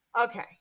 Okay